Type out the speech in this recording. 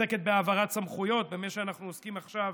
עוסקת בהעברת סמכויות, במה שאנחנו עוסקים עכשיו.